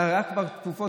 היו כבר תקופות,